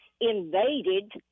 invaded